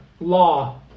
law